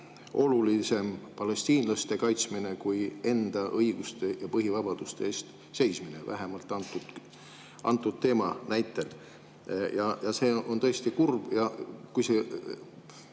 olulisem palestiinlaste kaitsmine kui enda õiguste ja põhivabaduste eest seismine, vähemalt antud teema näitel. See on tõesti kurb. See